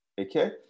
Okay